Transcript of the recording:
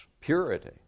purity